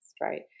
right